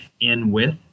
in-with